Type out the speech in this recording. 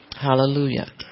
Hallelujah